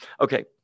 okay